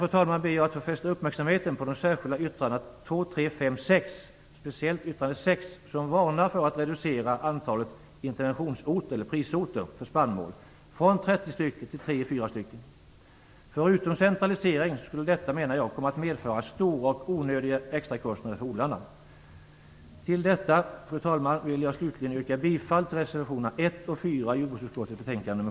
Med detta ber jag att få fästa uppmärksamheten på de särskilda yttrandena 2, 3, 5 och 6, och speciellt på yttrande 6 som varnar för att reducera antalet interventionsorter eller prisorter för spannmål från 30 till tre fyra. Förutom en centralisering menar jag att det skulle medföra stora och onödiga extrakostnader för odlarna. Fru talman! Slutligen vill jag yrka bifall till reservationerna 1 och 4 i jordbruksutskottets betänkande nr